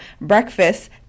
breakfast